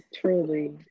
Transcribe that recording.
truly